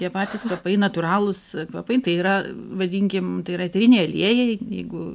tie patys kvapai natūralūs kvapai tai yra vadinkim tai yra eteriniai aliejai jeigu